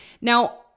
Now